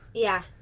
yeah.